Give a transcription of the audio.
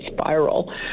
spiral